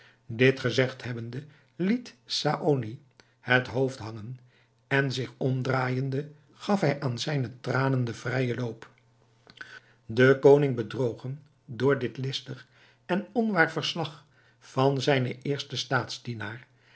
dit gezegd hebbende liet saony het hoofd hangen en zich omdraaijende gaf hij aan zijne tranen den vrijen loop de koning bedrogen door dit listig en onwaar verslag van zijnen eersten